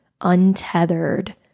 untethered